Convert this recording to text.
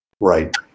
Right